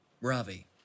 Ravi